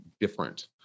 different